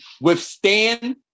withstand